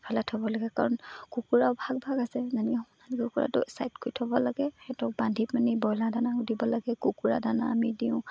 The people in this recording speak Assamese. ফালে থ'ব লাগে কাৰণ কুকুৰাও ভাগ ভাগ আছে যেনেকে সোণালী কুকুৰাটো চাইড কৰি থ'ব লাগে সিহঁতক বান্ধি পেনি ব্ৰইলাৰ দানা দিব লাগে কুকুৰা দানা আমি দিওঁ